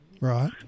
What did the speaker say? Right